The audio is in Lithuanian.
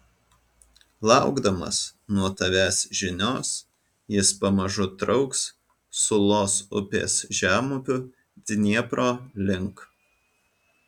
laukdamas nuo tavęs žinios jis pamažu trauks sulos upės žemupiu dniepro link